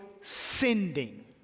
sending